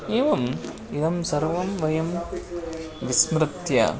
एवम् इदं सर्वं वयं विस्मृत्य